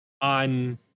on